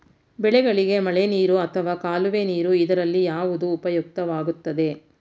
ಬೆಳೆಗಳಿಗೆ ಮಳೆನೀರು ಅಥವಾ ಕಾಲುವೆ ನೀರು ಇದರಲ್ಲಿ ಯಾವುದು ಉಪಯುಕ್ತವಾಗುತ್ತದೆ?